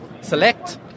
select